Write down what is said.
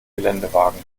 geländewagen